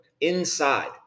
inside